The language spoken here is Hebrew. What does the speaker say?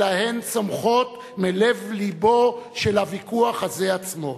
אלא הן צומחות מלב-לבו של הוויכוח הזה עצמו.